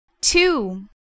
Two